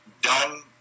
done